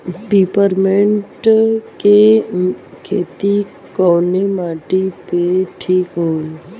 Peppermint के खेती कवने माटी पे ठीक होई?